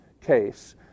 case